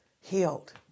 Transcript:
healed